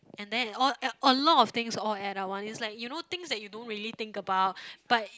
and then all all a lot of things all add up one it's like you know things that you don't really think about but